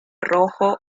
rojo